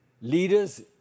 leaders